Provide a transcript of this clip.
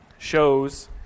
shows